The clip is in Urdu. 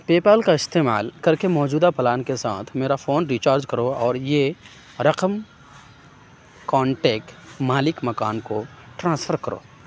پے پال کا استعمال کر کے موجودہ پلان کے ساتھ میرا فون ریچارج کرو اور یہ رقم کانٹیک مالک مکان کو ٹرانسفر کرو